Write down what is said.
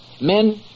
Men